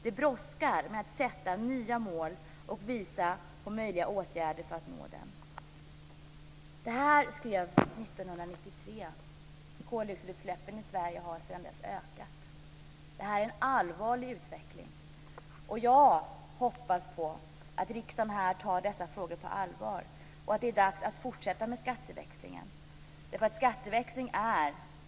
Det brådskar med att sätta nya mål och visa på möjliga åtgärder för att nå dem." Det här skrevs 1993. Koldioxidutsläppen i Sverige har sedan dess ökat. Det här är en allvarlig utveckling. Jag hoppas att riksdagen tar dessa frågor på allvar och att det är dags att fortsätta med skatteväxlingen.